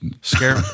scare